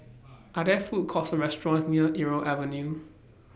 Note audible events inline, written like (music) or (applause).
(noise) Are There Food Courts Or restaurants near Irau Avenue